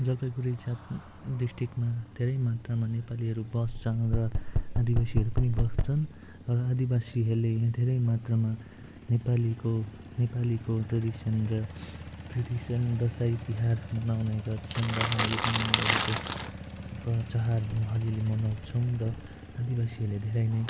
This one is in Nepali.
जलपाइगुडी डिसट्रिक्टमा धेरै मात्रमा नेपालीहरू बस्छन् र आदिवासीहरू पनि बस्छन् र आदिवासीहरूले धेरै मात्रमा नेपालीको नेपालीको ट्रेडिसन ट्रेडिसन र दसैँ तिहार मनाउने गर्छन् र हामीले पनि उनीहरूको प्रचार अलि अलि मनाउँछौँ र आदिवासीहरूले धेरै नै